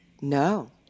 No